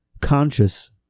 conscious